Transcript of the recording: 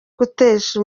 gutesha